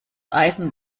eisen